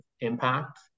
impact